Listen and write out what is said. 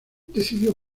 decidió